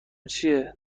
چیه